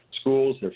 schools